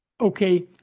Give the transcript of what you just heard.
Okay